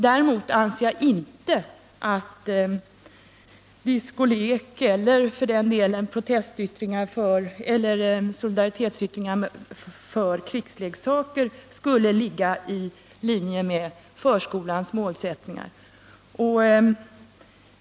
Däremot anser jag inte att diskolek eller för den delen solidaritetsyttringar för krigsleksaker skulle ligga i linje med förskolans målsättningar.